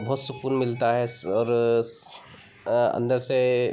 बहुत सुकून मिलता है और अंदर से